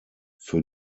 für